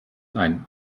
ein